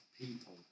people